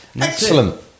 Excellent